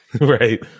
Right